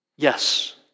Yes